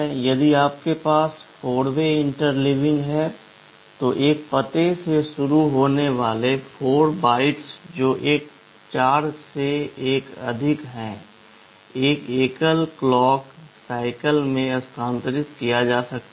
यदि आपके पास 4 वे इंटरलेविंग है तो एक पते से शुरू होने वाले 4 बाइट्स जो कि 4 के एक से अधिक है एक एकल क्लॉक साईकल में स्थानांतरित किया जा सकता है